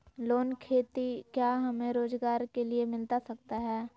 Loan खेती क्या हमें रोजगार के लिए मिलता सकता है?